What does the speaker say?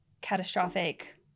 catastrophic